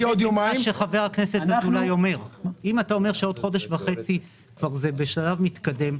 אם אתה אומר שזה בשלב מתקדם,